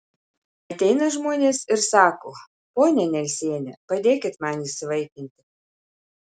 ateina žmonės ir sako ponia nelsiene padėkit man įsivaikinti